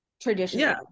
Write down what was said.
traditionally